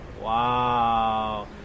Wow